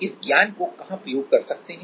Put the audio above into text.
आप इस ज्ञान को कहाँप्रयोग कर सकते हैं